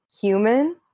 human